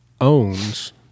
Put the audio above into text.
owns